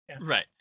Right